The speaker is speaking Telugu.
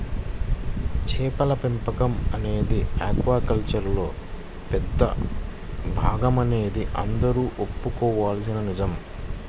చేపల పెంపకం అనేది ఆక్వాకల్చర్లో పెద్ద భాగమనేది అందరూ ఒప్పుకోవలసిన నిజం